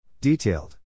Detailed